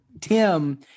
Tim